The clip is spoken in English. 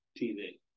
TV